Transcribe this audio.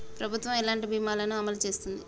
ప్రభుత్వం ఎలాంటి బీమా ల ను అమలు చేస్తుంది?